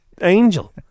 angel